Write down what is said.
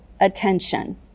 attention